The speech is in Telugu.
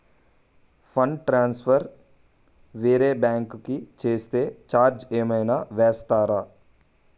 ఫండ్ ట్రాన్సఫర్ వేరే బ్యాంకు కి చేస్తే ఛార్జ్ ఏమైనా వేస్తారా?